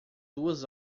duas